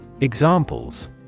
Examples